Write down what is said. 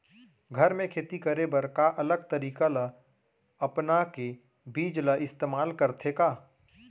घर मे खेती करे बर का अलग तरीका ला अपना के बीज ला इस्तेमाल करथें का?